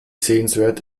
sehenswert